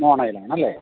മോണയിൽ ആണല്ലേ